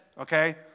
okay